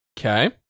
Okay